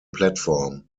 platform